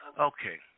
Okay